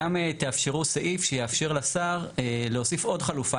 גם תאפשרו סעיף שיאפשר לשר להוסיף עוד חלופה